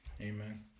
Amen